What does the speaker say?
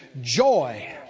Joy